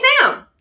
Sam